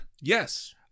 Yes